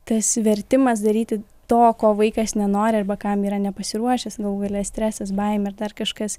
tas vertimas daryti to ko vaikas nenori arba kam yra nepasiruošęs galų gale stresas baimė ir dar kažkas